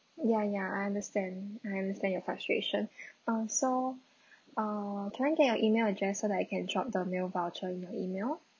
ya ya I understand I understand your frustration ah so uh can I get your email address so that I can drop the mail voucher in your email